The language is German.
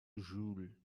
joule